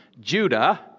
Judah